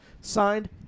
signed